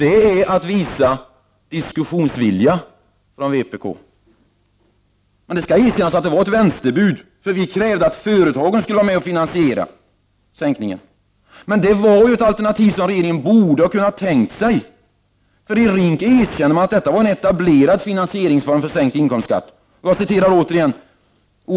— det är att visa diskussionsvilja. Men det skall erkännas att det var ett vänsterbud. Vi krävde ju att företagen skulle vara med och finansiera sänkningen. Det var ett alternativ som regeringen borde ha kunnat tänka sig. I RINK erkänner man att detta var en etablerad finansieringsform för en sänkning av inkomstskatten.